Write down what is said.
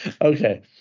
Okay